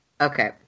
Okay